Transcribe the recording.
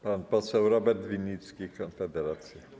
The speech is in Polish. Pan poseł Robert Winnicki, Konfederacja.